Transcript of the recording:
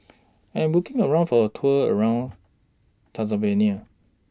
I Am looking For A Tour around Tanzania